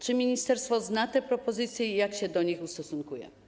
Czy ministerstwo zna te propozycje i jak się do nich ustosunkuje?